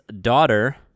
daughter